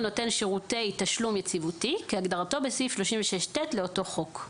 נותן שירותי תשלום יציבותי כהגדרתו בסעיף 36ט לאותו חוק".